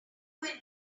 will